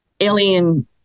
Alien